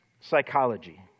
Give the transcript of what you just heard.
psychology